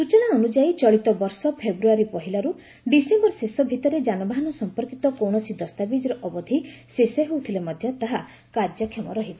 ସୂଚନା ଅନୁଯାୟୀ ଚଳିତ ବର୍ଷ ଫେବୃୟାରୀ ପହିଲାରୁ ଡିସେମ୍ବର ଶେଷ ଭିତରେ ଯାନବାହନ ସମ୍ପର୍କିତ କୌଣସି ଦସ୍ତାବିକ୍ର ଅବଧି ଶେଷ ହେଉଥିଲେ ମଧ୍ୟ ତାହା କାର୍ଯ୍ୟକ୍ଷମ ରହିବ